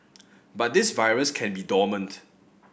but this virus can be dormant